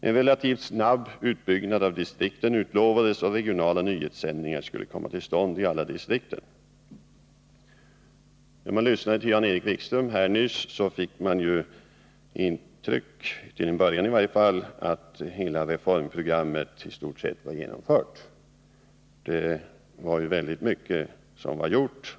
En relativt snabb utbyggnad av distrikten utlovades, och regionala nyhetssändningar skulle komma till stånd i alla distrikt. Men när man lyssande till Jan-Erik Wikström här nyss fick man ju intrycket — till en början i varje fall — att i stort sett hela reformprogrammet var genomfört; det var ju väldigt mycket som redan var gjort.